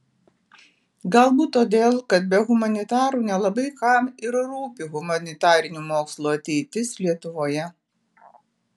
galbūt todėl kad be humanitarų nelabai kam ir rūpi humanitarinių mokslų ateitis lietuvoje